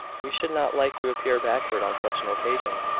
we should not like to appear backward on such an occasion,